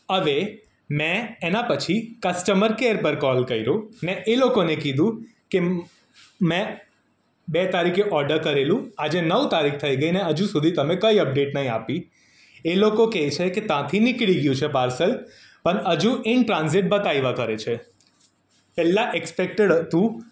હવે મેં એના પછી કસ્ટમર કેર પર કોલ કર્યો ને એ લોકોને કીધું કે મેં બે તારીખે ઓર્ડર કરેલું આજે નવ તારીખ થઈ ગઈને હજુ સુધી તમે કંઈ અપડેટ નથી આપી એ લોકો કહે છે કે ત્યાંથી નીકળી ગયું છે પાર્સલ પણ હજુ ઇન ટ્રાન્ઝિટ બતાવ્યા કરે છે પહેલાં એક્સસ્પેક્ટેડ હતું